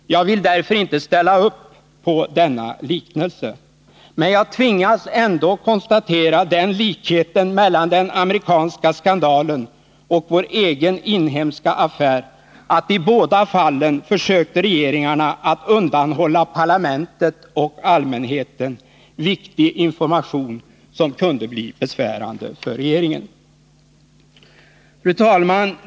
Jag vill därför inte ställa upp på denna liknelse. Men jag tvingas ändå att konstatera den likheten mellan den amerikanska skandalen och vår egen inhemska affär att regeringarna i båda fallen försökte att undanhålla parlamentet och allmänheten viktig information som kunde bli besvärande för regeringen. Fru talman!